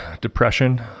depression